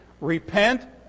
repent